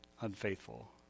unfaithful